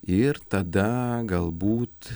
ir tada galbūt